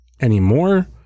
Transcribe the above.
anymore